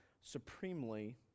supremely